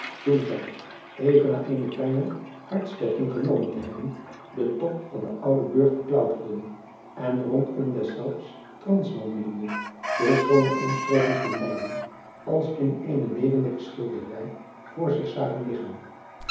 toen zij even na eene kleine hartsterking genomen te hebben den top van den ouden urgt beklauterden en rondom deszelfs trans wandelende de schoone omstreken van eyden als in eene levendige schilderij voor zich zagen liggen